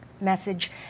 message